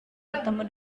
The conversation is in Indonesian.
bertemu